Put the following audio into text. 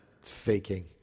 faking